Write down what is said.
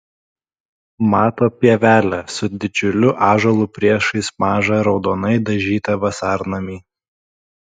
mato pievelę su didžiuliu ąžuolu priešais mažą raudonai dažytą vasarnamį